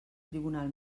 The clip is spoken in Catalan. tribunal